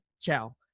ciao